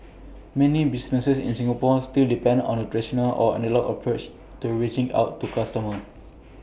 many businesses in Singapore still depend on A traditional or analogue approach to reaching out to customers